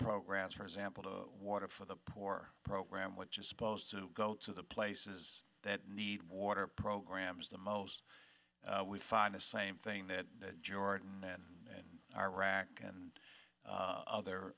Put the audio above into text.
programs for example the water for the poor program which is supposed to go to the places that need water programs the most we find the same thing that jordan and iraq and other